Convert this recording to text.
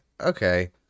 okay